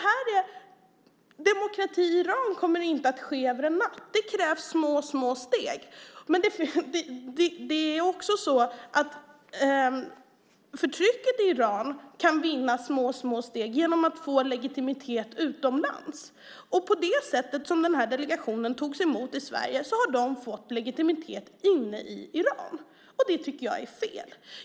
Demokrati kommer inte att införas i Iran över en natt. Det krävs små, små steg. Men förtrycket i Iran kan också gå små, små steg framåt genom att få legitimitet utomlands. Genom det sätt som den här delegationen togs emot i Sverige har de fått legitimitet i Iran, och det tycker jag är fel.